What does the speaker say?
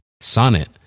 Sonnet